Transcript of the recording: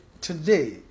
today